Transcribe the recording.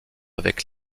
avec